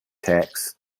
tax